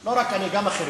לא רק אני, גם אחרים.